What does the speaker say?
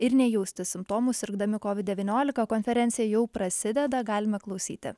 ir nejausti simptomų sirgdami covid devyniolika konferencija jau prasideda galime klausyti